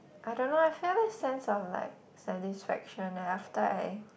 I don't know eh I feel this sense of like satisfaction leh after I